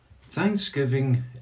Thanksgiving